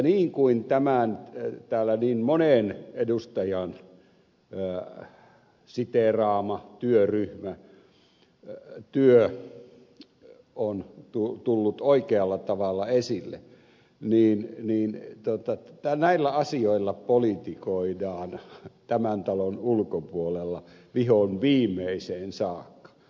niin kuin täällä niin monen edustajan siteeraama työryhmätyö on tullut oikealla tavalla esille näillä asioilla politikoidaan tämän talon ulkopuolella vihonviimeiseen saakka